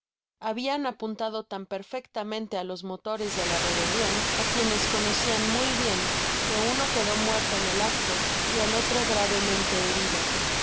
habian apuntado tan perfectamente á los motores de la rebelion á quienes conocia muy bien que uno quedó muerto en el acto y el otro gravemente herido